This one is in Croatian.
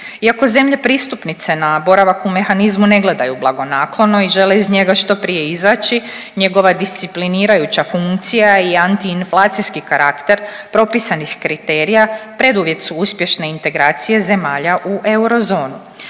Iako zemlje pristupnice na boravak u mehanizmu ne gledaju blagonaklono i žele iz njega što prije izaći njegova disciplinirajuća funkcija i antiinflacijski karakter propisanih kriterija preduvjet su uspješne integracije zemalja u eurozonu.